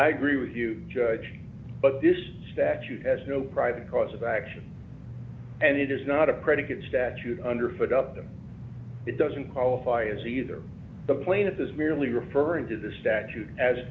i agree with you but this statute has no private cause of action and it is not a predicate statute under foot up the it doesn't qualify as either the plane at this merely referring to the statute as